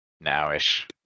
now-ish